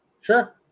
Sure